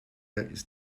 ist